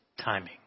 timing